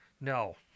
No